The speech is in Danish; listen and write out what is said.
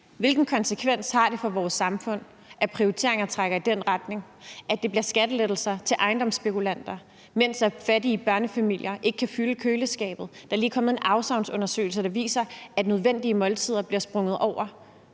Hvilken konsekvens har det for vores samfund, at prioriteringer trækker i den retning, hvor det bliver skattelettelser til ejendomsspekulanter, mens fattige børnefamilier ikke kan fylde køleskabet. Der er lige kommet en afsavnsundersøgelse, der viser, at nødvendige måltider bliver sprunget over.